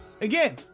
Again